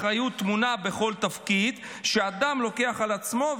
אחריות טמונה בכל תפקיד שאדם לוקח על עצמו,